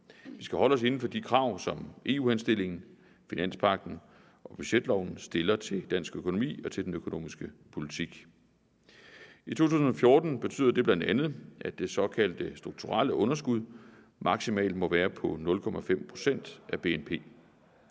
Vi skal holde os inden for de krav, som EU-henstillingen, finanspagten og budgetloven stiller til dansk økonomi og til den økonomiske politik. I 2014 betyder det bl.a., at det såkaldte strukturelle underskud maksimalt må være på 0,5 pct. af BNP,